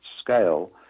scale